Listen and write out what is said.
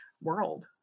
world